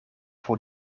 voor